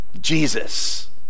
Jesus